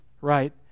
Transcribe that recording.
right